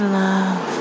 love